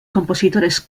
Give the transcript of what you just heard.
compositores